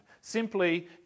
Simply